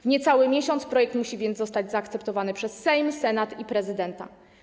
W niecały miesiąc projekt więc musi zostać zaakceptowany przez Sejm, Senat i prezydenta.